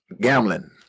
gambling